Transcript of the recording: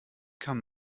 kann